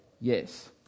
yes